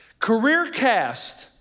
CareerCast